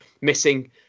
missing